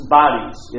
bodies